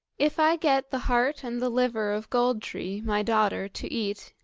if i get the heart and the liver of gold-tree, my daughter, to eat,